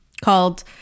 called